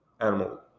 animal